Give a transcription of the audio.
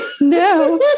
No